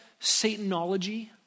Satanology